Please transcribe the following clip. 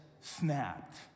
snapped